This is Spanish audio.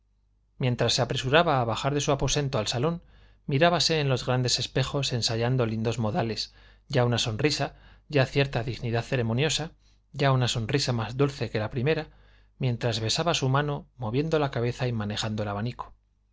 mientras se apresuraba a bajar de su aposento al salón mirábase en los grandes espejos ensayando lindos modales ya una sonrisa ya cierta dignidad ceremoniosa ya una sonrisa más dulce que la primera mientras besaba su mano moviendo la cabeza y manejando el abanico